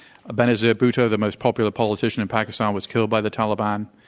ah benazir bhutto, the most popular politician in pakistan was killed by the taliban.